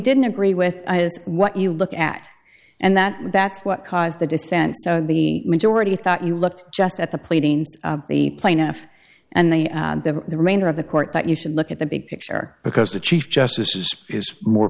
didn't agree with what you look at and that that's what caused the dissent so the majority thought you looked just at the pleadings the plaintiff and then the remainder of the court that you should look at the big picture because the chief justice is is more